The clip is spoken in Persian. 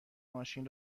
ماشین